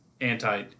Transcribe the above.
anti